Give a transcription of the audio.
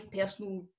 personal